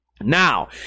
Now